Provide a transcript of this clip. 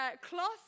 cloth